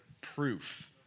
proof